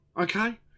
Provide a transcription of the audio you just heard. okay